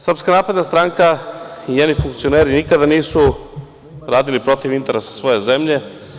Srpska napredna stranka i njeni funkcioneri nikada nisu radili protiv interesa svoje zemlje.